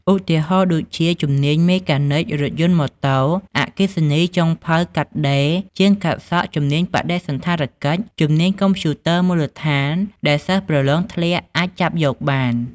ឧទាហរណ៍ដូចចជា ជំនាញ មេកានិច រថយន្ត/ម៉ូតូ អគ្គិសនី ចុងភៅ កាត់ដេរ ជាងកាត់សក់ ជំនាញបដិសណ្ឋារកិច្ច ជំនាញកុំព្យូទ័រមូលដ្ឋាន ដែលសិស្សប្រឡងធ្លាក់អាចចាប់យកបាន។